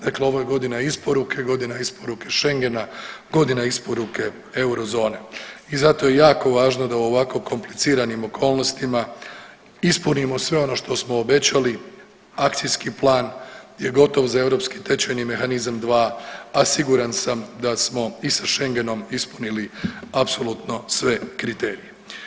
Dakle, ovo je godina isporuke, godina isporuke schengena, godina isporuke eurozone i zato je jako važno da u ovako kompliciranim okolnostima ispunimo sve ono što smo obećali, akcijski plan je gotov za europski tečajni mehanizam 2, a siguran sam da smo i sa schengenom ispunili apsolutno sve kriterije.